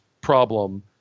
problem